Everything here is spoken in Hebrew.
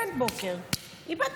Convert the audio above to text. אין בוקר.